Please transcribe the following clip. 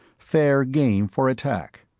fair game for attack.